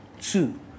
two